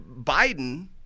biden